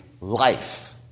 life